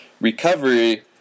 recovery